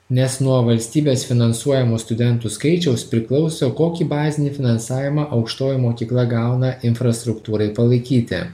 nes nuo valstybės finansuojamų studentų skaičiaus priklauso kokį bazinį finansavimą aukštoji mokykla gauna infrastruktūrai palaikyti